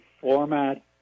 format